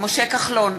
משה כחלון,